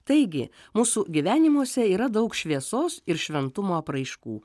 taigi mūsų gyvenimuose yra daug šviesos ir šventumo apraiškų